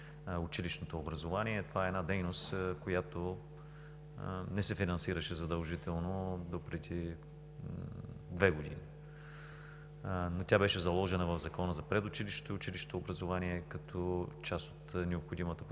училищното образование. Това е дейност, която не се финансираше задължително допреди две години, но беше заложена в Закона за предучилищното и училищното образование като част от необходимата подкрепа